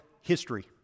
history